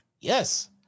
yes